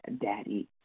daddy